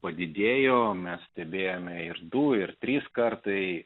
padidėjo mes stebėjome ir du ir trys kartai